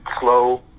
slow